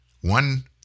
one